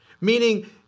Meaning